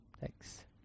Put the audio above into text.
thanks